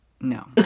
No